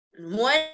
one